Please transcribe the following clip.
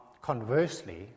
conversely